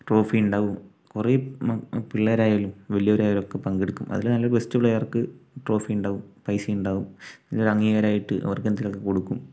trophy ഉണ്ടാവും കുറെ പിള്ളേർ ആയാലും വലിയവരായാലും ഒക്കെ പങ്കെടുക്കും അതിൽ നല്ല ബെസ്റ്റ് പ്ലെയർക്ക് ട്രോഫി ഉണ്ടാവും പൈസയുണ്ടാവും ഒരു അംഗീകാരം ആയിട്ട് അവർക്ക് എന്തെങ്കിലും കൊടുക്കും